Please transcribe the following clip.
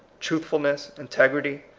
truthful ness, integrity,